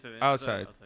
outside